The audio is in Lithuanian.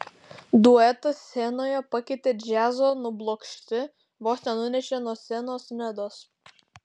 duetą scenoje pakeitę džiazo nublokšti vos nenunešė nuo scenos nedos